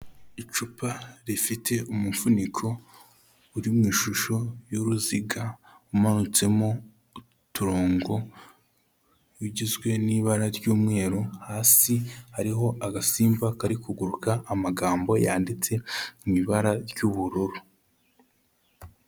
Icupa rifite umufuniko uri mu ishusho y'uruziga, umutsemo uturongo, ugizwe n'ibara ry'umweru hasi, hariho agasimba kari kuguruka, amagambo yanditse mu ibara ry'ubururu.